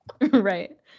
Right